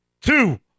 two